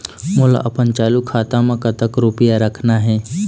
मोला अपन चालू खाता म कतक रूपया रखना हे?